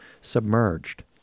submerged